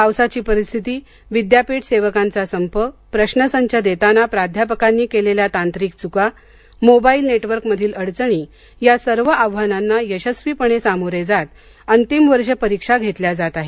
पावसाची परिस्थिती विद्यापीठ सेवकांचा संप प्रश्नसंच देताना प्राध्यापकांनी केलेल्या तांत्रिक चुका मोबाईल नेटवर्कमधील अडचणी या सर्व आव्हानांना यशस्वीपणे सामोरे जात अंतिम वर्ष परीक्षा घेतल्या जात आहेत